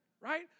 Right